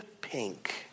pink